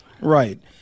Right